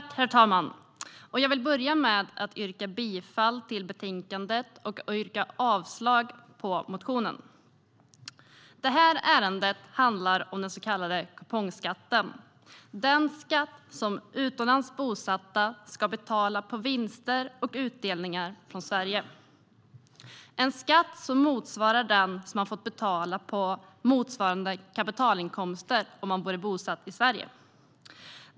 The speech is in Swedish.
Herr talman! Jag vill börja med att yrka bifall till utskottets förslag i betänkandet och avslag på motionen. Detta ärende handlar om den så kallade kupongskatten, den skatt som utomlands bosatta ska betala på vinster och utdelningar från Sverige. Det är en skatt som motsvarar den som man hade fått betala på motsvarande kapitalinkomster om man vore bosatt i Sverige.